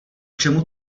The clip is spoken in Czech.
čemu